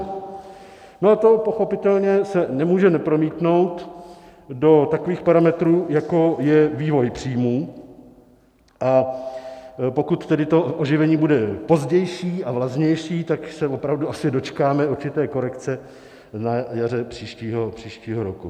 A to se pochopitelně nemůže nepromítnout do takových parametrů, jako je vývoj příjmů, a pokud to oživení bude pozdější a vlažnější, tak se opravdu asi dočkáme určité korekce na jaře příštího roku.